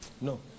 No